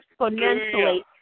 exponentially